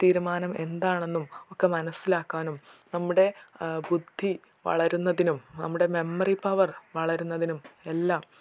തീരുമാനം എന്താണെന്നും ഒക്കെ മനസ്സിലാക്കാനും നമ്മുടെ ബുദ്ധി വളരുന്നതിനും നമ്മുടെ മെമ്മറി പവർ വളരുന്നതിനും എല്ലാം